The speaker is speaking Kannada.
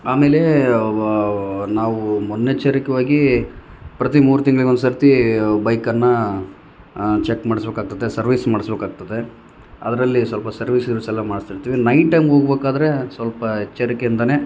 ಆಮೇಲೆ ನಾವು ಮುನ್ನೆಚ್ಚರಿಕ್ಯಾಗಿ ಪ್ರತಿ ಮೂರು ತಿಂಗ್ಳಿಗೊಂದು ಸರ್ತಿ ಬೈಕನ್ನ ಚೆಕ್ ಮಾಡ್ಸ್ಬೆಕಾಗ್ತದೆ ಸರ್ವೀಸ್ ಮಾಡಿಸ್ಬೇಕಾಗ್ತದೆ ಅದರಲ್ಲಿ ಸ್ವಲ್ಪ ಸರ್ವಿಸ್ ಗಿರ್ವಿಸೆಲ್ಲ ಮಾಡಿಸ್ತರ್ತೀವಿ ನೈಟ್ ಟೈಮ್ ಹೋಗ್ಬಕಾದ್ರೆ ಸ್ವಲ್ಪ ಎಚ್ಚರಿಕೆಯಿಂದಲೆ